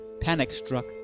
panic-struck